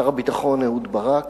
שר הביטחון אהוד ברק